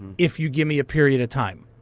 if you give me a period of time.